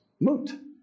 moot